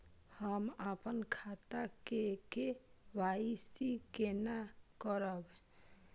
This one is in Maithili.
हम अपन खाता के के.वाई.सी केना करब?